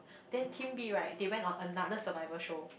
then team B right they went on another survival show